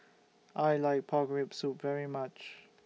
I like Pork Rib Soup very much